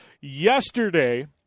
yesterday